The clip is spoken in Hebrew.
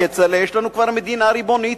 כצל'ה,